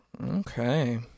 Okay